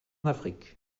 afrique